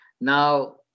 Now